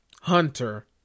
Hunter